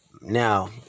Now